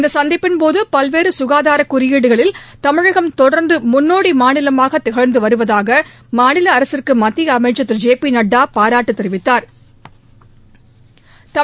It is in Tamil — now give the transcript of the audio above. இந்தச் சந்திப்பின்போது பல்வேறு சுகாதார குறியீடுகளில் தமிழகம் தொடர்ந்து முன்னோடி மாநிலமாக திகழ்ந்து வருவதற்காக மாநில அரசிற்கு மத்திய அமைச்சா் திரு ஜெ பி நட்டா பாராட்டு தெரிவித்தாா்